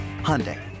Hyundai